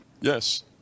Yes